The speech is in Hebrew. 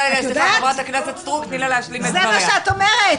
זה מה שאת אומרת.